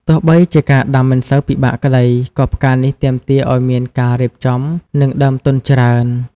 ទោះបីជាការដាំមិនសូវពិបាកក្ដី ក៏ផ្កានេះទាមទារឱ្យមានការរៀបចំ និងដើមទុនច្រើន។